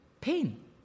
pain